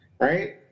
right